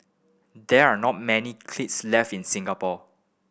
there are not many kilns left in Singapore